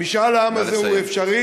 נא לסיים.